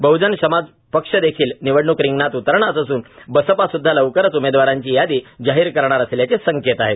बह्जन समाज पक्ष देखील निवडण्क रिंगणात उतरणार असून बसपा सुध्दा लवकरच उमेदवारांची यादी जाहीर करणार असल्याचे संकेत आहे